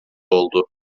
oldu